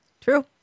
True